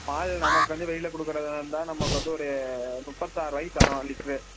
பால் நமக்கு வந்து வெளியில் கொடுக்குறதா இருந்தால் நம்ம இப்போ வந்து ஒரு முப்பத்தாறுவாய்க்கி தரோம் லிட்ரு